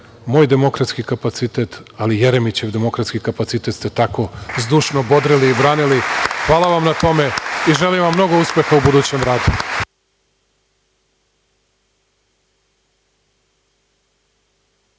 moj demokratski kapacitet, ali Jeremićev demokratski kapacitet ste tako zdušno bodrili, branili. Hvala vam na tome i želim vam mnogo uspeha u budućem radu.